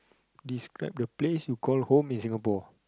describe the place you home in Singapore